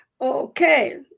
okay